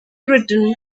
written